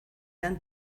dan